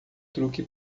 truque